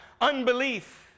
unbelief